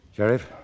Sheriff